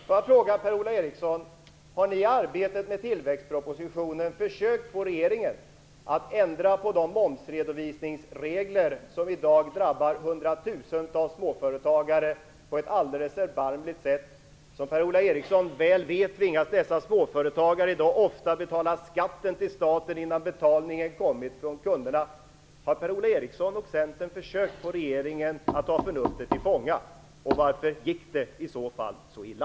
Jag vill fråga Per-Ola Eriksson om ni i arbetet med tillväxtpropositionen försökt få regeringen att ändra på de momsredovisningsregler som i dag drabbar hundratusentals småföretagare på ett alldeles erbarmligt sätt. Som Per-Ola Eriksson väl vet tvingas dessa småföretagare i dag ofta betala skatten till staten innan betalningen kommit från kunderna. Har Per-Ola Eriksson och Centern försökt att få regeringen att ta sitt förnuft till fånga? Varför gick det i så fall så illa?